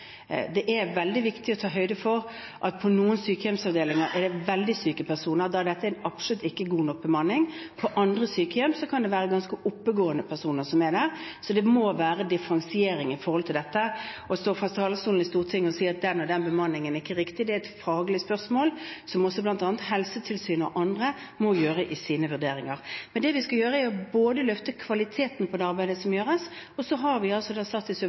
Det er veldig viktig å ta høyde for at det på noen sykehjemsavdelinger er veldig syke personer, der dette absolutt ikke er en god nok bemanning, mens det på andre sykehjem kan være ganske oppegående personer, så det må være en differensiering her. Man kan ikke stå på talerstolen i Stortinget og si at den og den bemanningen ikke er riktig. Dette er et faglig spørsmål, som bl.a. Helsetilsynet og andre må ta stilling til i sine vurderinger. Men det vi skal gjøre, er å løfte kvaliteten på det arbeidet som gjøres, og så har vi altså sagt i